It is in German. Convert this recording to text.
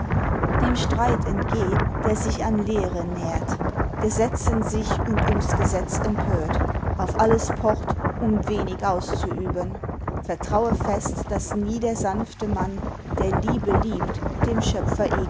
dem streit entgeh der sich an lehre nährt gesetzen sich und ums gesetz empört auf alles pocht um wenig auszuüben vertraue fest dass nie der sanfte mann der liebe liebt dem schöpfer